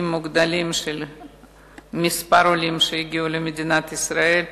מוגדלים של עולים שהגיעו למדינת ישראל.